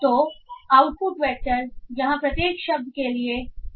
तो output vector यहाँ प्रत्येक शब्द के लिए आकार 300 होंगे